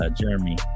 Jeremy